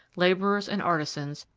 labourers and artisans,